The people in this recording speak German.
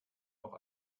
noch